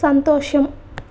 సంతోషం